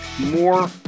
more